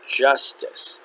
justice